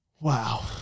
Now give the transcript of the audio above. Wow